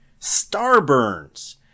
Starburns